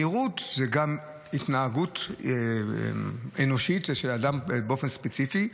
מהירות זו גם התנהגות אנושית כשאדם באופן ספציפי,